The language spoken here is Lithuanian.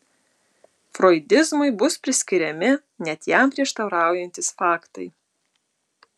froidizmui bus priskiriami net jam prieštaraujantys faktai